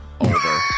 Over